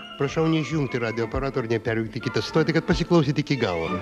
prašau neišjungti radijo aparato ir neperjungti kitą stotį kad pasiklausyti iki galo